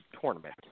Tournament